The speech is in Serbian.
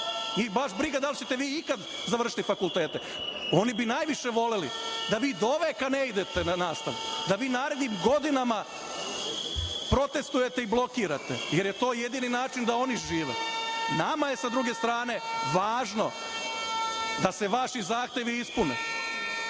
baš briga da li ćete vi ikad završiti fakultete. Oni bi najviše voleli da vi doveka ne idete na nastavu, da vi narednih godina protestujete i blokirate, jer je to jedini način da oni žive. Nama je sa druge strane važno da se vaši zahtevi ispune,